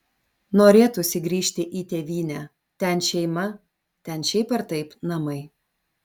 norėtųsi grįžti į tėvynę ten šeima ten šiaip ar taip namai